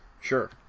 Sure